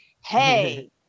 hey